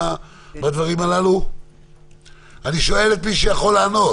אני שואל את מי שיכול לענות